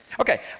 okay